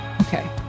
Okay